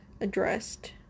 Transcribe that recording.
addressed